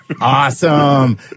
Awesome